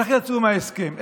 איך יצאו מההסכם הזה?